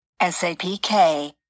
Sapk